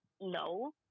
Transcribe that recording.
No